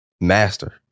master